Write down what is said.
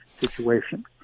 situation